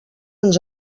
ens